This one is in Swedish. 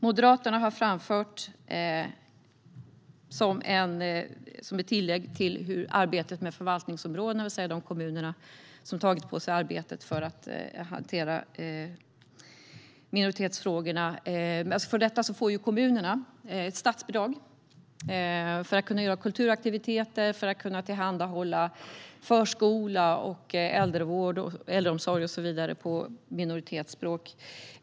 Slutligen vill jag nämna Moderaternas tillägg om arbetet med förvaltningsområden och de kommuner som har tagit på sig arbetet för att hantera minoritetsfrågorna. För detta får kommunerna ett statsbidrag för att göra kulturaktiviteter, tillhandahålla förskola och äldreomsorg och så vidare på minoritetsspråk.